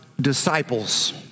disciples